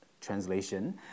Translation